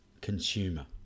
consumer